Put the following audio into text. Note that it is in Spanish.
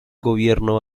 gobierno